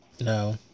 No